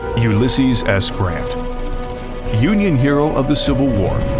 ulysses s grant union hero of the civil war,